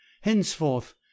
henceforth